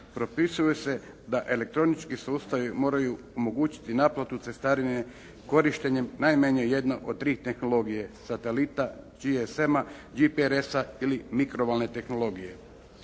propisuje se da elektronički sustavi moraju omogućiti naplatu cestarini korištenjem najmanje jedne od tri tehnologije, satelita, GSM-a, GPRS-a ili mikrovalne tehnologije.